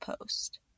post